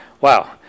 Wow